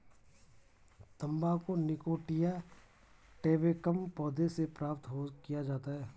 तंबाकू निकोटिया टैबेकम पौधे से प्राप्त किया जाता है